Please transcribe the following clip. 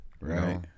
Right